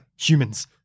Humans